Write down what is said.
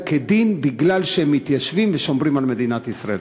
כדין מפני שהם מתיישבים ושומרים על מדינת ישראל.